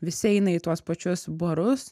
visi eina į tuos pačius barus